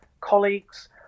colleagues